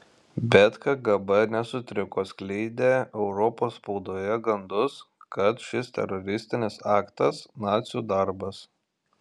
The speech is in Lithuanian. bet kgb nesutriko skleidė europos spaudoje gandus kad šis teroristinis aktas nacių darbas